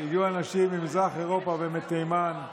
כשהגיעו אנשים ממזרח אירופה ומתימן,